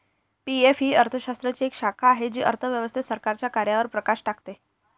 PF ही अर्थशास्त्राची एक शाखा आहे जी अर्थव्यवस्थेतील सरकारच्या कार्यांवर प्रकाश टाकते